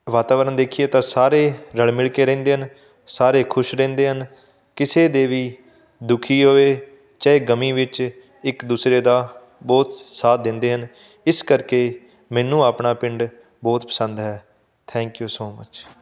ਵਾਤਾਵਰਨ ਦੇਖੀਏ ਤਾਂ ਸਾਰੇ ਰਲ ਮਿਲ ਕੇ ਰਹਿੰਦੇ ਹਨ ਸਾਰੇ ਖੁਸ਼ ਰਹਿੰਦੇ ਹਨ ਕਿਸੇ ਦੇ ਵੀ ਦੁਖੀ ਹੋਵੇ ਚਾਹੇ ਗਮੀ ਵਿੱਚ ਇੱਕ ਦੂਸਰੇ ਦਾ ਬਹੁਤ ਸਾਥ ਦਿੰਦੇ ਹਨ ਇਸ ਕਰਕੇ ਮੈਨੂੰ ਆਪਣਾ ਪਿੰਡ ਬਹੁਤ ਪਸੰਦ ਹੈ ਥੈਂਕ ਯੂ ਸੋ ਮਚ